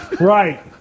Right